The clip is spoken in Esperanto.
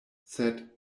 sed